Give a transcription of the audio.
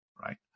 Right